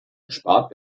gespart